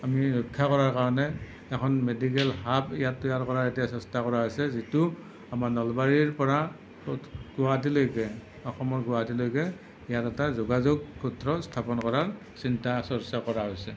আমি ৰক্ষা কৰাৰ কাৰণে এখন মেডিকেল হাব ইয়াত তৈয়াৰ কৰাৰ এতিয়া চেষ্টা কৰা হৈছে যিটো আমাৰ নলবাৰীৰ পৰা গুৱাহাটীলৈকে অসমৰ গুৱাহাটীলৈকে ইয়াত এটা যোগাযোগ সূত্ৰ স্থাপন কৰাৰ চিন্তা চৰ্চা কৰা হৈছে